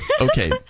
Okay